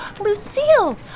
Lucille